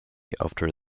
after